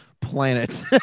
planet